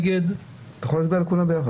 אתה יכול להצביע על כולן ביחד.